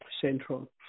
Central